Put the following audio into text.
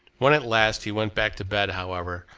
when at last he went back to bed, however,